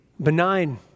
benign